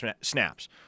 snaps